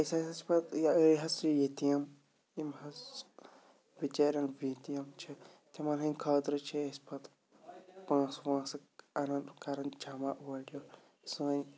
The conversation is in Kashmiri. أسۍ حظ چھِ پَتہٕ أڑۍ حظ چھِ یتیٖم یِم حظ بِچٲرۍ یِم یتیٖم چھِ تِمَن ہِنٛد خٲطرٕ چھِ أسۍ پَتہٕ پونٛسہٕ وونٛسہٕ اَنَان کَران جمع اورٕکۍ یورٕکۍ سٲنۍ